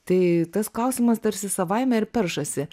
tai tas klausimas tarsi savaime ir peršasi